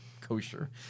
kosher